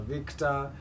Victor